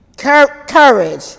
courage